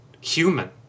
human